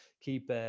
keep